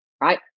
right